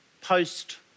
post